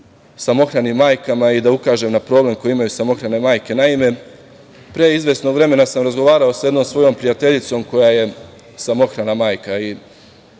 samohrane majke i da ukažem na problem koje imaju samohrane majke. Naime, pre izvesnog vremena sam razgovarao sa jednom svojom prijateljicom, koja je samohrana majka i